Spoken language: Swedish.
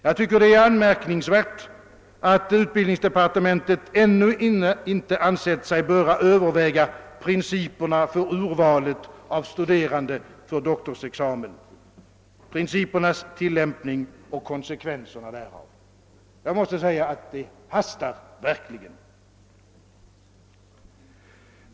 Jag tycker det är anmärkningsvärt att utbildningsdepartementet ännu inte ansett sig böra överväga principerna för urvalet av studerande för doktorsexamen — principernas tillämpning och konsekvenserna därav. Jag måste säga att det hastar verkligen.